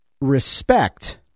respect